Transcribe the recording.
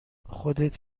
خودت